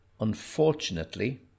unfortunately